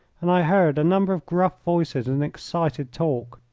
and i heard a number of gruff voices in excited talk.